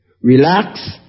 Relax